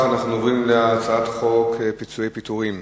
אנחנו עוברים להצעת חוק פיצויי פיטורים